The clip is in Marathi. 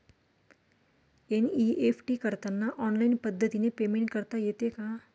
एन.ई.एफ.टी करताना ऑनलाईन पद्धतीने पेमेंट करता येते का?